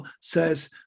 says